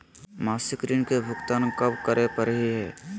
मासिक ऋण के भुगतान कब करै परही हे?